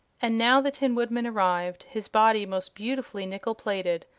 and now the tin woodman arrived, his body most beautifully nickle-plated,